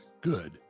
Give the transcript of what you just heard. Good